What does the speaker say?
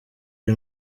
ari